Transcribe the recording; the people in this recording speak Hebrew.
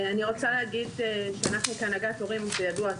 אני רוצה להגיד שאנחנו כהנהגת הורים - זה ידוע,